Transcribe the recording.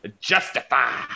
Justify